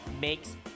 makes